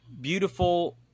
beautiful